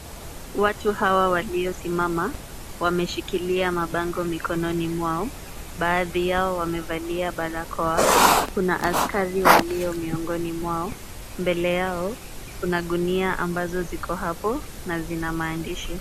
Watu hawa waliosimama wameshikilia mabango mikononi mwao. Baadhi yao wamevalia barakoa. Kuna askari walio miongoni mwao. Mbele yao, kuna gunia ambazo ziko hapo na zina maandishi.